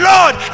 Lord